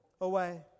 away